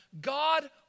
God